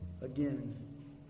again